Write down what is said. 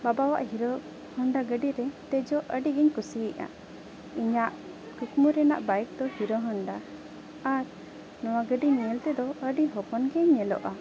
ᱵᱟᱵᱟᱣᱟᱜ Hero Honda ᱜᱟᱹᱰᱤ ᱨᱮ ᱫᱮᱡᱚᱜ ᱟᱹᱰᱤ ᱜᱤᱧ ᱠᱩᱥᱤᱭᱟᱜᱼᱟ ᱤᱧᱟᱹᱜ ᱠᱩᱠᱢᱩ ᱨᱮᱱᱟᱜ ᱵᱟᱭᱤᱠ ᱫᱚ ᱦᱤᱨᱳ ᱦᱳᱱᱰᱟ ᱟᱨ ᱱᱚᱣᱟ ᱜᱟᱹᱰᱤ ᱧᱮᱞ ᱛᱮᱫᱚ ᱟᱹᱰᱤ ᱦᱚᱯᱚᱱ ᱜᱮ ᱧᱮᱞᱚᱜᱼᱟ